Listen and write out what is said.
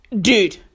Dude